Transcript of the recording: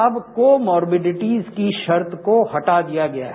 अब कोमोर्बिडिटिज की शर्त को हटा दिया गया है